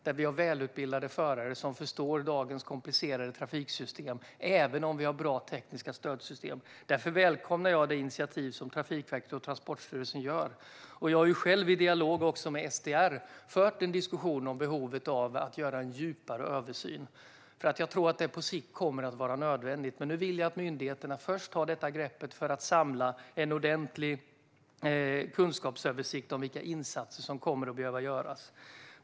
Vi måste ha välutbildade förare som förstår dagens komplicerade trafiksystem även om vi har bra tekniska stödsystem. Därför välkomnar jag det initiativ som Trafikverket och Transporstyrelsen tar. Jag har själv i dialog med STR fört en diskussion om behovet av att göra en djupare översyn, för jag tror att det på sikt kommer att vara nödvändigt. Men nu vill jag att myndigheterna först tar detta grepp för att samla en ordentlig kunskapsöversikt om vilka insatser som kommer att behöva göras.